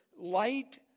light